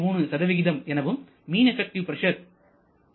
3 எனவும் மீண் effective pressure 10